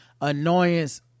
annoyance